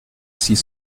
six